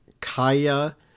Kaya